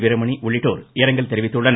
வீரமணி உள்ளிட்டோர் இரங்கல் தெரிவித்துள்ளனர்